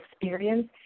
experience